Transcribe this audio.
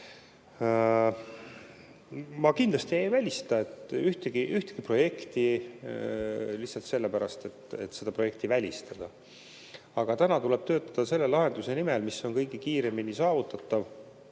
Ma kindlasti ei välista ühtegi projekti lihtsalt sellepärast, et seda projekti välistada. Aga praegu tuleb töötada sellise lahenduse nimel, mis on kõige kiiremini saavutatav,